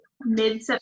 mid